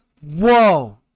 whoa